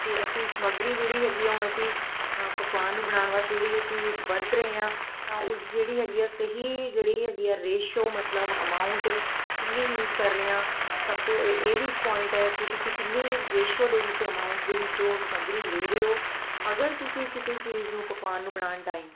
ਅਤੇ ਅਸੀਂ ਸਮੱਗਰੀ ਜਿਹੜੀ ਹੈਗੀ ਹੈ ਹੁਣ ਅਸੀਂ ਪਕਵਾਨ ਨੂੰ ਬਣਾਉਣ ਵਾਸਤੇ ਜਿਹੜੀ ਅਸੀਂ ਵਰਤ ਰਹੇ ਹਾਂ ਤਾਂ ਉਸਦੀ ਜਿਹੜੀ ਹੈਗੀ ਹੈ ਸਹੀ ਜਿਹੜੀ ਹੈਗੀ ਆ ਰੇਸ਼ੋ ਮਤਲਬ ਅਮਾਉਂਟ ਕਿੰਨੀ ਯੂਜ਼ ਕਰ ਰਹੇ ਹਾਂ ਸਭ ਤੋਂ ਏ ਇਹ ਵੀ ਇੱਕ ਪੁਆਇੰਟ ਹੈ ਕਿ ਤੁਸੀਂ ਕਿੰਨੀ ਰੇਸ਼ੋ ਦੇ ਵਿੱਚ ਅਮਾਉਂਟ ਦੇ ਵਿੱਚ ਉਹ ਸਮੱਗਰੀ ਲੈ ਰਹੇ ਹੋ ਅਗਰ ਤੁਸੀਂ ਕਿਸੇ ਚੀਜ਼ ਨੂੰ ਪਕਵਾਨ ਨੂੰ ਬਣਾਉਣ ਟਾਈਮ